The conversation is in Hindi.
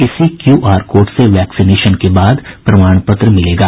इसी क्यूआर कोड से वैक्सीनेशन के बाद प्रमाण पत्र मिलेगा